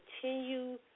continue